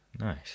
Nice